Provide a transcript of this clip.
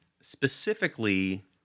Specifically